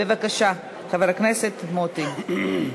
בבקשה, חבר הכנסת מוטי יוגב, עשר דקות